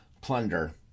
plunder